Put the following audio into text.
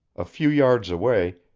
a few yards away,